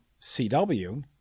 CW